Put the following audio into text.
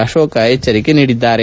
ಅಶೋಕ ಎಚ್ವರಿಕೆ ನೀಡಿದ್ದಾರೆ